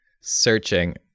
searching